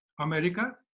America